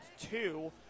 two